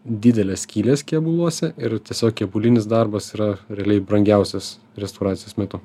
didelės skylės kėbuluose ir tiesiog kėbulinis darbas yra realiai brangiausios restauracijos metu